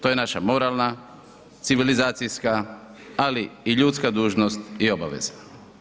To je naša moralna, civilizacijska, ali i ljudska dužnost i obaveza.